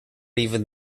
even